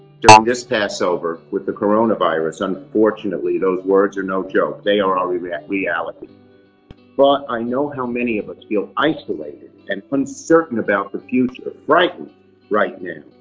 during this passover with the coronavirus, unfortunately, those words are no joke, they are our yeah reality but i know how many of us feel isolated and uncertain about the future, frightened right now.